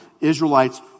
Israelites